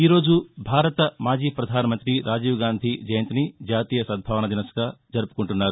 ఈరోజు భారత మాజీ పధానమంతి రాజీవ్ గాంధీ జయంతిని జాతీయ సద్భావనా దివస్ గా జరుపుకుంటున్నారు